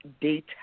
date